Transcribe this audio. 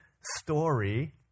story